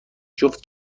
جفت